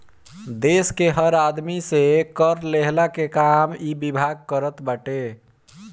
देस के हर आदमी से कर लेहला के काम इ विभाग करत बाटे